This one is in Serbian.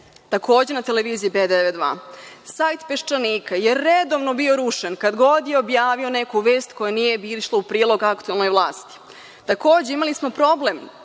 nedelje“ na Televiziji B92.Sajt „Peščanika“ je redovno bio rušen kad god je objavio neku vest koja nije išla u prilog aktuelnoj vlasti. Takođe, imali smo problem